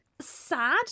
sad